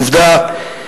עובדה,